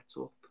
up